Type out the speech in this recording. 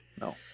No